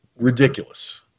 Ridiculous